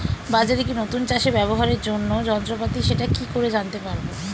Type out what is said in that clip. বাজারে কি নতুন চাষে ব্যবহারের জন্য যন্ত্রপাতি সেটা কি করে জানতে পারব?